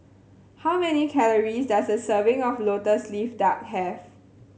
how many calories does a serving of Lotus Leaf Duck have